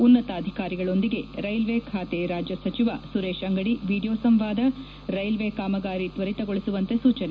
ಉನ್ನತಾಧಿಕಾರಿಗಳೊಂದಿಗೆ railway ಖಾತೆ ರಾಜ್ಯ ಸಚಿವ ಸುರೇಶ್ ಅಂಗದಿ ವಿಡಿಯೋ ಸಂವಾದ ರೈಲ್ವೆ ಕಾಮಗಾರಿ ತ್ವರಿತಗೊಳಿಸುವಂತೆ ಸೂಚನೆ